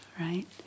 Right